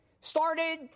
started